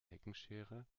heckenschere